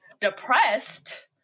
depressed